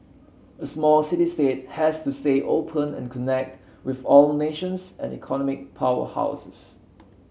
a small city state has to stay open and connect with all nations and economic powerhouses